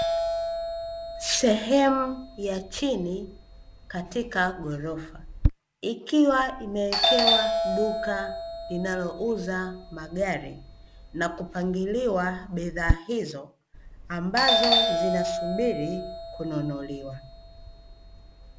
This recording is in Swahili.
Sehemu ya chini katika ghorofa, ikiwa imewekewa duka linalouza magari, na kupangiliwa bidhaa hizo, ambazo zinasubiri kununuliwa.